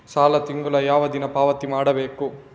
ಸಾಲ ತಿಂಗಳ ಯಾವ ದಿನ ಪಾವತಿ ಮಾಡಬೇಕು?